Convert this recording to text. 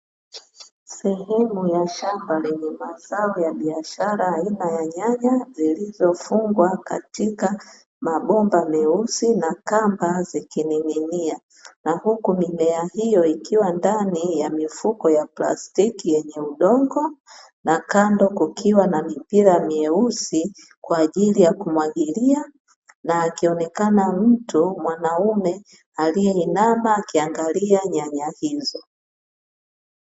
Sehemu ya shamba lenye mazao ya biashara aina ya nyanya, zilizo fungwa katika mabomba meusi na kamba zikining'inia, na huku mimea hiyo ikiwa ndani ya mifuko ya plastiki yenye udongo na kando kukiwa mipira myeusi kwaajili ya kumwagilia, na akionekana mtu mwanaume aliyeinama akiangalia nyanya hizo.